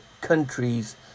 countries